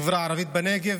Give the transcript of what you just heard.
החברה הערבית בנגב,